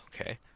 Okay